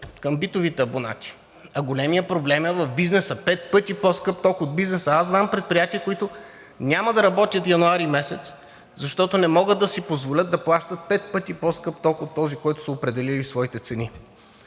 към битовите абонати, а големият проблем е в бизнеса – пет пъти по скъп ток за бизнеса. Аз знам предприятия, които няма да работят месец януари, защото не могат да си позволят да плащат пет пъти по-скъп ток от този, който са определили в своите цени.